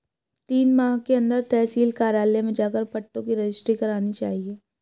तीन माह के अंदर तहसील कार्यालय में जाकर पट्टों की रजिस्ट्री करानी चाहिए